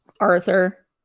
Arthur